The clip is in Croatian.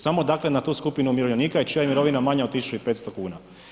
Samo dakle na tu skupinu umirovljenika i čija je mirovina manja od 1.500 kuna.